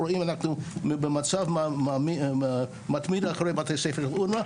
אנחנו במצב מתמיד אחרי בתי ספר אונר"א,